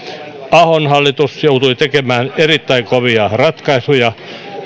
ahon hallitus joutui tekemään erittäin kovia ratkaisuja